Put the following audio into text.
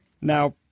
Now